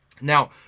Now